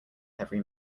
heavy